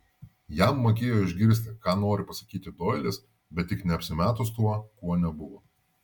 jam magėjo išgirsti ką nori pasakyti doilis bet tik ne apsimetus tuo kuo nebuvo